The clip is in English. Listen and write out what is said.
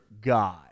God